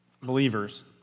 believers